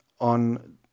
on